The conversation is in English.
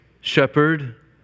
shepherd